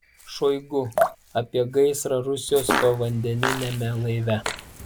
šoigu apie gaisrą rusijos povandeniniame laive